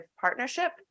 partnership